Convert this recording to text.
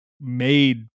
made